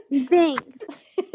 Thanks